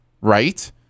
right